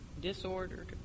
disordered